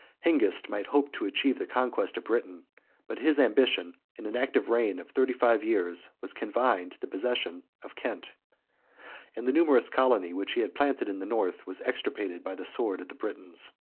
hengist might hope to achieve the conquest of britain but his ambition, in an active reign of thirty-five years, was confined to the possession of kent and the numerous colony which he had planted in the north, was extirpated by the sword of the britons.